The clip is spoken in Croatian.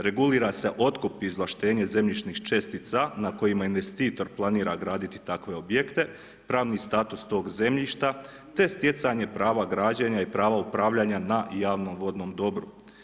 Regulira se otkup izvlaštenje zemljišnih čestica na kojima investitor planira graditi takve objekte, pravni status tog zemljišta te stjecanje prava građenja i prava upravljanja na javnom vodnom dobru.